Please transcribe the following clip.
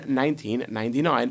1999